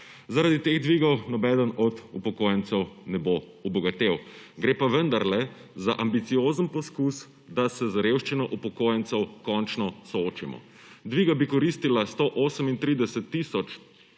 Zaradi teh dvigov nobeden od upokojencev ne bo obogatel, gre pa vendarle za ambiciozen poskus, da se z revščino upokojencev končno soočimo. Dviga bi koristila 138 tisoč